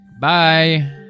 bye